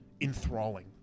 enthralling